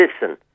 listen